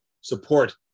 support